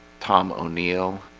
tom o'neil